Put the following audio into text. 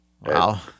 Wow